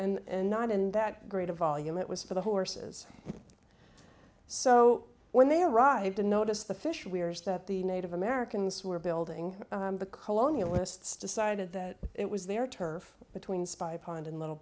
end not in that great a volume it was for the horses so when they arrived and noticed the fish where is that the native americans were building the colonial lists decided that it was their turf between spy pond and little